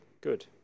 Good